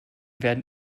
werden